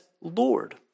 Lord